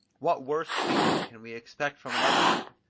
what worse treatment can we expect from an enemy?